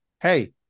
hey